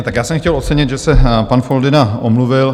Tak já jsem chtěl ocenit, že se pan Foldyna omluvil.